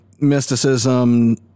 mysticism